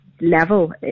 Level